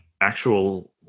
actual